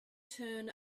turn